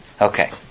Okay